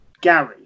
Gary